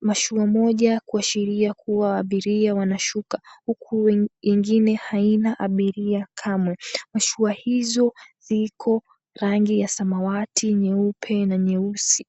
mashua moja kuashiria kuwa abiria wanashuka huku ingine haina abiria kamwe. Mashua hizo ziko rangi ya samawati, nyeupe na nyeusi.